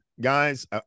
Guys